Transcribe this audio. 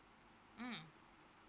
mm